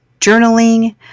journaling